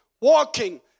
walking